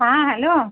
हा हलो